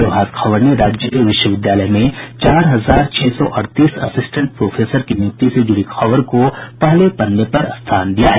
प्रभात खबर ने राज्य के विश्वविद्यालय में चार हजार छह सौ अड़तीस असिस्टेंट प्रोफेसर की नियुक्ति से जुड़ी खबर को पहले पन्ने पर स्थान दिया है